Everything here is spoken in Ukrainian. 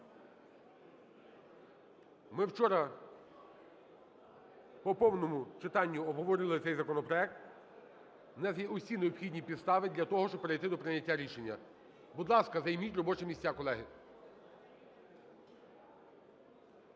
Ми вчора по повному читанню обговорили цей законопроект, у нас є всі необхідні підстави для того, щоб перейти до прийняття рішення. Будь ласка, займіть робочі місця, колеги.